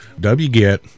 Wget